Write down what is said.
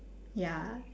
ya